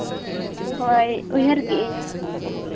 ᱦᱳᱭ ᱩᱭᱦᱟᱹᱨ ᱠᱮᱜ ᱟᱹᱧ